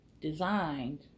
designed